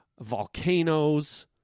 volcanoes